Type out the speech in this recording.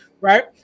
right